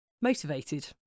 motivated